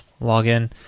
login